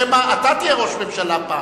שמא אתה תהיה ראש ממשלה פעם,